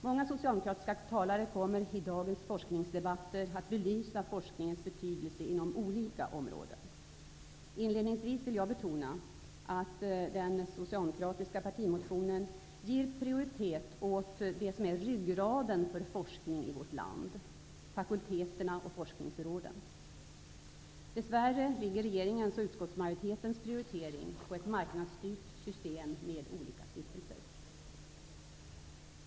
Många socialdemokratiska talare kommer i dagens forskningsdebatter att belysa forskningens betydelse inom olika områden. Inledningsvis vill jag betona att den socialdemokratiska partimotionen ger prioritet åt det som är ryggraden för forskning i vårt land: fakulteterna och forskningsråden. Dessvärre ligger regeringens och utskottsmajoritetens prioritering på ett marknadsstyrt system med olika stiftelser.